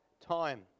time